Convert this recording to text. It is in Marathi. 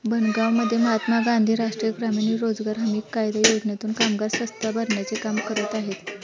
बनगावमध्ये महात्मा गांधी राष्ट्रीय ग्रामीण रोजगार हमी कायदा योजनेतून कामगार रस्ता भरण्याचे काम करत आहेत